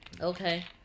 Okay